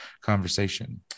conversation